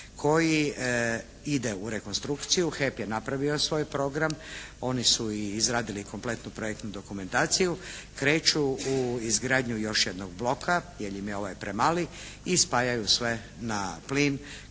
koji ide u rekonstrukciju. HEP je napravio svoj program. Oni su i izradili kompletnu projektnu dokumentaciju. Kreću u izgradnju još jednog bloka jer im je ovaj premali i spajaju sve na plin